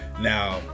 Now